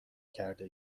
کرده